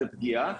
זו פגיעה,